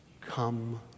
Come